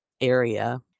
area